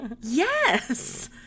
yes